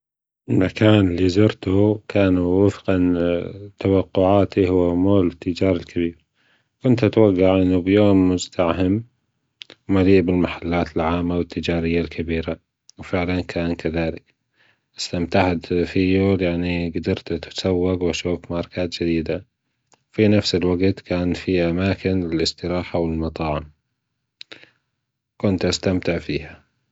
المكان اللى زورته كان وفق لتوقعاتى هو مول تجارى كبير كنت أتوقع باليوم مذدحم مليئ بالمحلات العامه التجاريه الكبيرة وفعلا كان كذالك أستمتع فيه لانى جدرت اتسواق وأشوف ماركات جديده فى نفس الوقت كان فيه أماكن للاستراحه والمطاعم كنت أستمتع فية